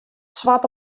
swart